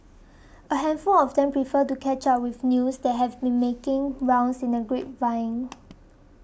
a handful of them prefer to catch up with news that have been making rounds in the grapevine